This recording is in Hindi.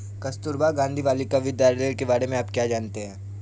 कस्तूरबा गांधी बालिका विद्यालय के बारे में आप क्या जानते हैं?